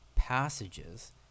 passages